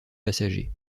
passager